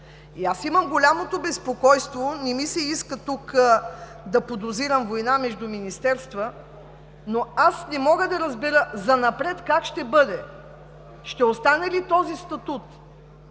И аз имам голямото безпокойство, не ми се иска да подозирам война между министерства, но не мога да разбера занапред как ще бъде. Ще остане ли този статут,